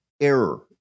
error